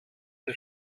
die